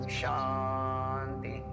shanti